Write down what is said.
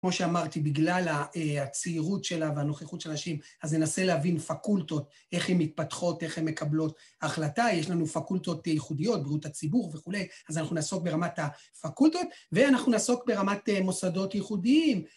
כמו שאמרתי, בגלל הצעירות שלה והנוכחות של אנשים, אז ננסה להבין פקולטות, איך הן מתפתחות, איך הן מקבלות החלטה. יש לנו פקולטות ייחודיות, בריאות הציבור וכולי, אז אנחנו נעסוק ברמת הפקולטות, ואנחנו נעסוק ברמת מוסדות ייחודיים.